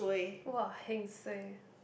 !wah! heng suay